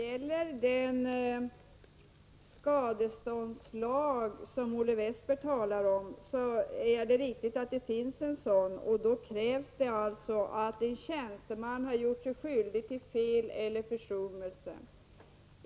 Herr talman! Det är riktigt, Olle Westberg, att det finns en skadeståndslag. Det krävs dock att en tjänsteman har gjort sig skyldig till fel eller försummelse.